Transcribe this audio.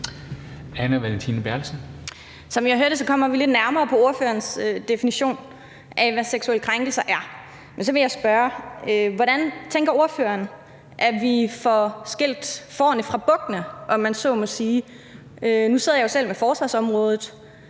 Som jeg hører det, kommer vi lidt nærmere på ordførerens definition af, hvad seksuelle krænkelser er. Men så vil jeg spørge: Hvordan tænker ordføreren at vi får skilt fårene fra bukkene, om man så må sige? Nu sidder jeg jo selv med forsvarsområdet.